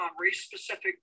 race-specific